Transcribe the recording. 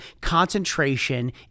concentration